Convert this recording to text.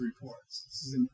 reports